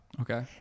Okay